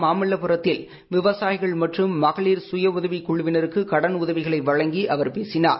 மாமல்லபுரத்தில் விவசாயிகள் மற்றும் மகளிர் சுயஉதவிக் குழுவினருக்கு கடனுதவிகளை வழங்கி அவர் பேசினார்